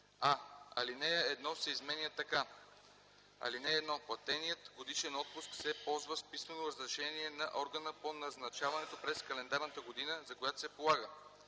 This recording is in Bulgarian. а) алинея 1 се изменя така: „(1) Платеният годишен отпуск се ползва с писмено разрешение на органа по назначаването през календарната година, за която се полага.”;